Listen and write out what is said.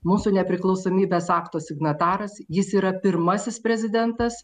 mūsų nepriklausomybės akto signataras jis yra pirmasis prezidentas